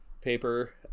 paper